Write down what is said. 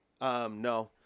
No